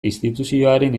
instituzioaren